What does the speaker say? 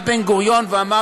איך אני